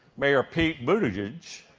mayor pete buttigieg,